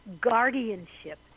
guardianship